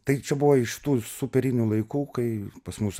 tai čia buvo iš tų superinių laikų kai pas mus